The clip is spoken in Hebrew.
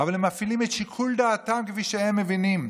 אבל הם מפעילים את שיקול דעתם כפי שהם מבינים.